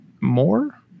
more